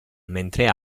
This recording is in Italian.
mentre